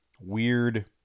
weird